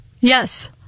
Yes